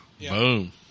Boom